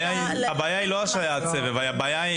הבעיה היא לא סייעת סבב אלא הבעיה היא